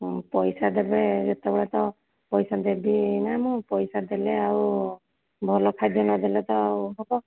ହଁ ପଇସା ଦେବେ ଯେତେବେଳେ ତ ପଇସା ଦେବି ନା ମୁଁ ପଇସା ଦେଲେ ଆଉ ଭଲ ଖାଦ୍ୟ ନଦେଲେ ତ ଆଉ ହବ